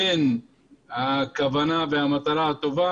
ושירותים בסיסיים שהאוכלוסייה הערבית עד כה לא קיבלה אותה.